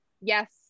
yes